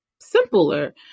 simpler